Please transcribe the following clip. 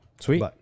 Sweet